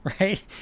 right